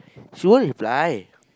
she won't reply